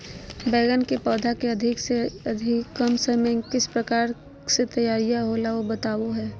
बैगन के पौधा को अधिक से अधिक कम समय में किस प्रकार से तैयारियां होला औ बताबो है?